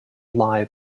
lie